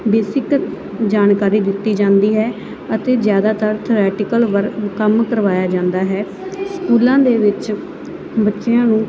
basic ਜਾਣਕਾਰੀ ਦਿੱਤੀ ਜਾਂਦੀ ਹੈ ਅਤੇ ਜ਼ਿਆਦਾਤਰ ਥਰੈਟੀਕਲ ਵਰਕ ਕੰਮ ਕਰਵਾਇਆ ਜਾਂਦਾ ਹੈ ਸਕੂਲਾਂ ਦੇ ਵਿੱਚ ਬੱਚਿਆਂ ਨੂੰ